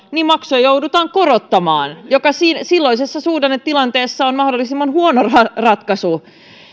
niin maksuja joudutaan korottamaan mikä silloisessa suhdannetilanteessa on mahdollisimman huono ratkaisu